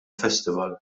festival